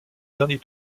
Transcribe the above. dernier